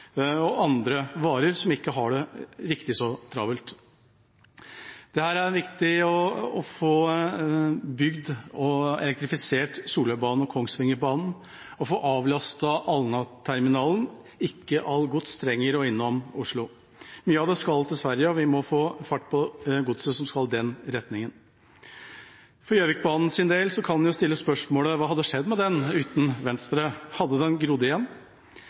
og andre varer som ikke har det riktig så travelt. Det er viktig å få bygd og elektrifisert Solørbanen–Kongsvingerbanen og få avlastet Alnaterminalen, for ikke alt gods trenger å gå innom Oslo. Mye av det skal til Sverige, og vi må få fart på godset som skal i den retningen. For Gjøvikbanens del kan en jo stille spørsmålet: Hva hadde skjedd med den uten Venstre? Hadde den grodd igjen?